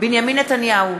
בנימין נתניהו,